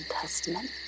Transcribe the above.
Testament